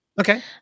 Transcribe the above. Okay